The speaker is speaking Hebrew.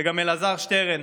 וגם אלעזר שטרן,